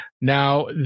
Now